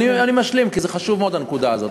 אני משלים כי זה חשוב מאוד, הנקודה הזאת.